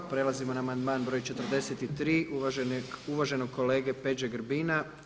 Prelazimo na amandman broj 43. uvaženog kolege Peđe Grbina.